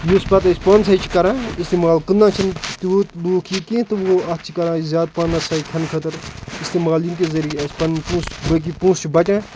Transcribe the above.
یُس پَتہٕ أسۍ پانسٕے چھِ کَران اِستعمال کٕنان چھِنہٕ تیوٗت لوٗکھ یہِ کیٚنٛہہ تہٕ وۄنۍ اَتھ چھِ کَران أسۍ زیادٕ پہنَسَے کھٮ۪نہٕ خٲطرٕ اِستعمال ییٚمۍ کہِ ذٔریہِ أسۍ پَنٕنۍ پونٛسہٕ چھِ بٲقی پونٛسہٕ چھِ بَچان